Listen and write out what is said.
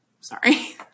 Sorry